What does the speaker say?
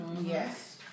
Yes